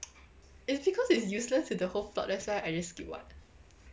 it's because it's useless to the whole plot that's why I just skip [what]